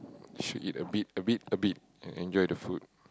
should eat a bit a bit a bit and enjoy the food